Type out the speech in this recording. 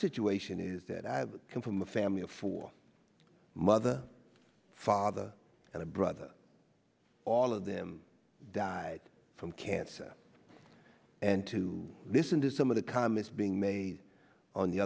situation is that i come from a family of four mother father and a brother all of them died from cancer and to listen to some of the comments being made on the